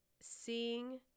seeing